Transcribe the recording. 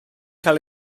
cael